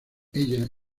ella